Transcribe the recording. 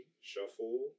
Shuffle